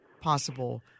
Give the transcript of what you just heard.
possible